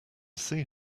see